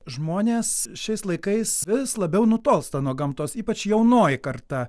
žmonės šiais laikais vis labiau nutolsta nuo gamtos ypač jaunoji karta